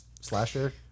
slasher